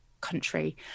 country